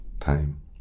Time